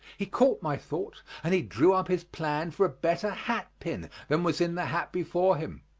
he caught my thought, and he drew up his plan for a better hat pin than was in the hat before him,